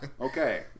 Okay